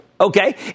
Okay